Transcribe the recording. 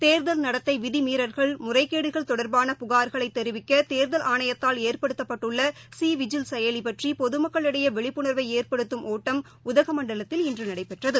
தேர்தல் நடத்தைவிதிமீறல்கள் முறைகேடுகள் தொடர்பான புகார்களைதெரிவிக்கதேர்தல் ஆணையத்தால் ஏற்படுத்தப்பட்டுள்ளசிவிதில் செயலிபற்றிபொதுமக்களிடையேவிழிப்புணாவைஏற்படுத்தும் ஒட்டம் உதகமண்டலத்தில் இன்றுநடைபெற்றது